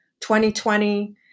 2020